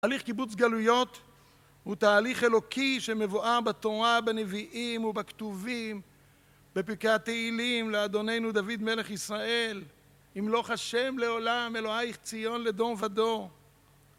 תהליך קיבוץ גלויות הוא תהליך אלוקי שמבואר בתורה, בנביאים ובכתובים, בפרקי התהילים לאדוננו דוד מלך ישראל, ימלוך השם לעולם אלוהיך ציון לדור ודור.